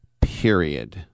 period